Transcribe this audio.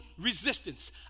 resistance